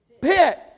pit